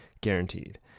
Guaranteed